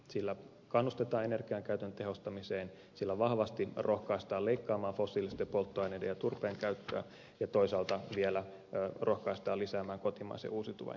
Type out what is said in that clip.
sillä kannustetaan energiankäytön tehostamiseen sillä vahvasti rohkaistaan leikkaamaan fossiilisten polttoaineiden ja turpeen käyttöä ja toisaalta vielä rohkaistaan lisäämään kotimaisen uusiutuvan energian käyttöä